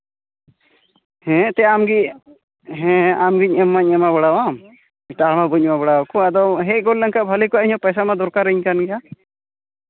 ᱦᱮᱸ ᱮᱱᱛᱮᱫ ᱟᱢᱜᱮ ᱦᱮᱸ ᱟᱢᱜᱮ ᱮᱢ ᱢᱟᱧ ᱮᱢᱟ ᱵᱟᱲᱟᱣᱟᱢ ᱮᱴᱟᱜ ᱦᱚᱲ ᱢᱟ ᱵᱟᱹᱧ ᱮᱢᱟ ᱵᱟᱲᱟᱣᱟᱠᱚᱣᱟ ᱟᱫᱚᱢ ᱦᱮᱡ ᱜᱚᱫ ᱞᱮᱱᱠᱷᱟᱱ ᱵᱷᱟᱹᱞᱤ ᱠᱚᱜᱼᱟ ᱤᱧᱟᱹᱜ ᱯᱚᱭᱥᱟ ᱢᱟ ᱫᱚᱨᱠᱟᱨ ᱤᱧ ᱠᱟᱱ ᱜᱮᱭᱟ